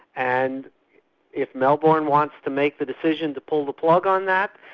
and if melbourne wants to make the decision to pull the plug on that,